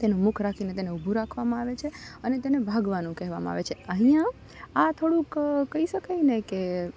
તેનું મુખ રાખીને તેને ઊભું રાખવામાં આવે છે અને તેને ભાગવાનું કહેવામાં આવે છે અહીંયા આ થોડુંક કહી શકાય ને કે